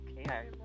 okay